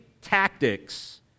tactics